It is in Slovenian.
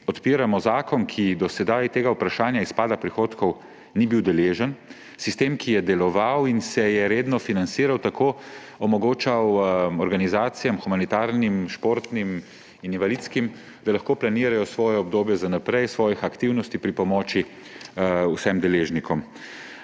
odpiramo zakon, ki do sedaj tega vprašanja izpada prihodkov ni bil deležen. Sistem, ki je deloval in se je redno financiral, tako omogoča organizacijam – humanitarnim, športnim in invalidskim –, da lahko planirajo obdobje svojih aktivnosti za naprej, pri pomoči vsem deležnikom.